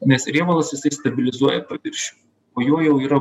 nes riebalas jisai stabilizuoja paviršių po juo jau yra